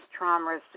traumas